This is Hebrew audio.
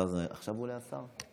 עכשיו הוא עולה, השר,